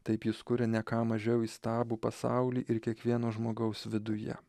taip jis kuria ne ką mažiau įstabų pasaulį ir kiekvieno žmogaus viduje